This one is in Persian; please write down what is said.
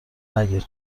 نگیر